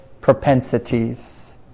propensities